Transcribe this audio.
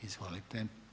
Izvolite.